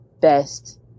best